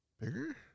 Bigger